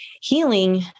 Healing